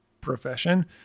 profession